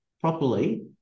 properly